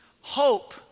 hope